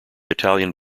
italian